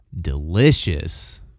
delicious